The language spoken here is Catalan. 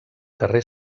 carrer